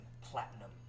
platinum